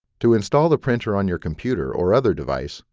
to install the printer on your computer or other device,